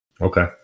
Okay